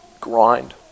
grind